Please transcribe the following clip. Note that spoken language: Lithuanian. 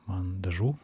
man dažų